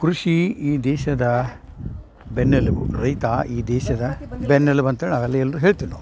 ಕೃಷಿ ಈ ದೇಶದ ಬೆನ್ನೆಲುಬು ರೈತ ಈ ದೇಶದ ಬೆನ್ನೆಲುಬು ಅಂತೇಳಿ ನಾವೆಲ್ಲ ಎಲ್ಲರು ಹೇಳ್ತಿವಿ ನಾವು